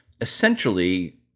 essentially